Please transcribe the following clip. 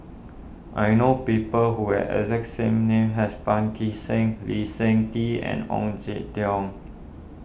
I know people who have exact same name as Tan Kee Sek Lee Seng Tee and Ong Jin Teong